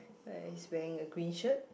uh he's wearing a green shirt